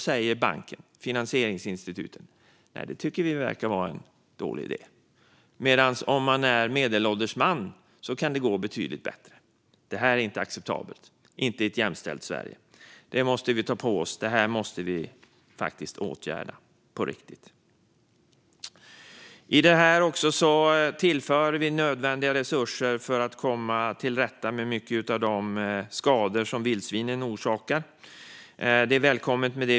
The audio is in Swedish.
Men banken eller finansieringsinstituten säger: "Nej, det tycker vi verkar vara en dålig idé." Är man en medelålders man kan det dock gå betydligt bättre. Det här är inte acceptabelt, inte i ett jämställt Sverige. Det måste vi faktiskt ta på oss att åtgärda på riktigt. Vi tillför också nödvändiga resurser för att komma till rätta med mycket av den skada som vildsvinen orsakar.